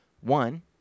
One